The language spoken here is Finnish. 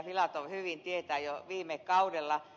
filatov hyvin tietää jo viime kaudella